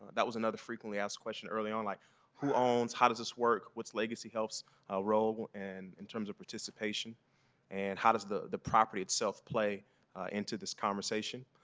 that was another frequently asked question early on. like who owns, how does this work, what's legacy health's role and in terms of arts passion and how does the the property itself play into this conversation.